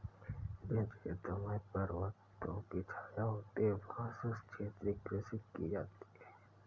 जिन क्षेत्रों में पर्वतों की छाया होती है वहां शुष्क क्षेत्रीय कृषि की जाती है